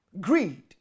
Greed